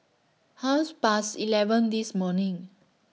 Half Past eleven This morning